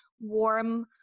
warm